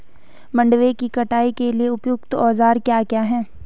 मंडवे की कटाई के लिए उपयुक्त औज़ार क्या क्या हैं?